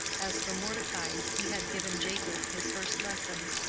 as for mordecai, he had given jacob his first lessons,